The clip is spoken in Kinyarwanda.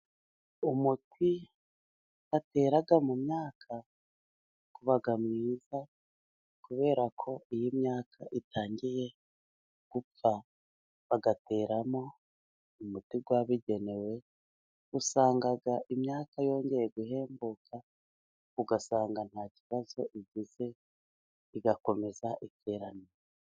Umuti batera mu myaka uba mwiza kubera ko iyo myaka itangiye gupfa bagateramo umuti wabigenewe, usanga imyaka yongeye guhembuka, ugasanga nta kibazo ifite igakomeza iterana.